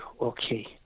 okay